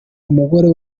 umugore